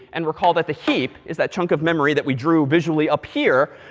and recall that the heap, is that chunk of memory that we drew visually up here,